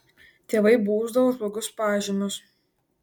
tėvai bausdavo už blogus pažymius